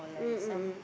mm mm mm